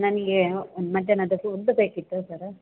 ನನಗೆ ಮಧ್ಯಾಹ್ನದ ಫುಡ್ ಬೇಕಿತ್ತು ಸರ